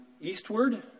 eastward